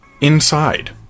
inside